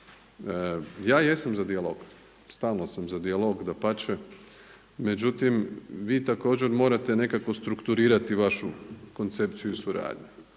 ja jesam za dijalog. Stalno sam za dijalog, dapače. Međutim, vi također morate nekako strukturirati vašu koncepciju i suradnju.